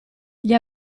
gli